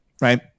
right